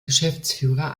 geschäftsführer